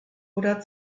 oder